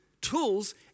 tools